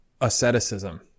asceticism